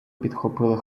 підхопили